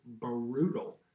brutal